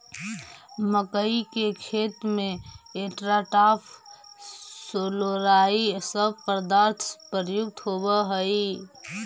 मक्कइ के खेत में एट्राटाफ, सोलोरा इ सब पदार्थ प्रयुक्त होवऽ हई